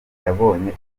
yabonye